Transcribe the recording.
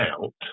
out